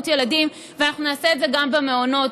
הילדים ואנחנו נעשה את זה גם במעונות.